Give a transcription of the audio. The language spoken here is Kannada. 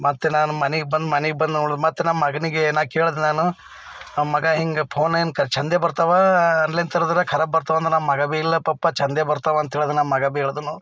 ಮತ್ತು ನಾನು ಮನೆಗೆ ಬಂದು ಮನೆಗೆ ಬಂದು ನೋಡಿ ಮತ್ತು ನಮ್ಮ ಮಗನಿಗೆ ನಾನು ಕೇಳಿದೆ ನಾನು ಮಗ ಹೀಗೆ ಫೋನ್ ಎಂತ ಚಂದವೇ ಬರ್ತವಾ ಆನ್ಲೈನ್ ಥರದ್ರ ಕರಾಬ್ ಬರ್ತವಾ ಮಗ ಭೀ ಇಲ್ಲೆ ಪಪ್ಪಾ ಚೆಂದೇ ಬರ್ತಾವ ಅಂತ ಹೇಳಿದ ನಮ್ಮ ಮಗ ಭೀ ಹೇಳಿದನು